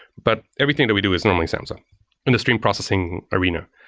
but everything that we do is normally samza in the stream processing arena.